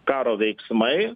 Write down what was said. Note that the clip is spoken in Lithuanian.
karo veiksmai